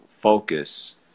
focus